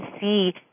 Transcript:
see